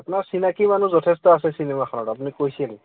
আপোনাৰ চিনাকী মানুহ যথেষ্ট আছে চিনেমাখনত আপুনি কৈছিল